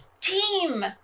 team